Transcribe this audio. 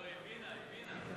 היא הבינה, הבינה.